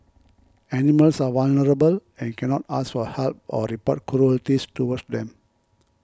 animals are vulnerable and can not ask for help or report cruelties towards them